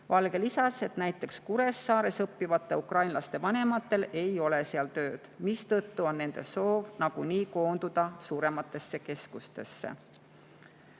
Valge lisas, et näiteks Kuressaares õppivate ukrainlaste vanematel ei ole seal tööd, mistõttu on nende soov nagunii koonduda suurematesse keskustesse.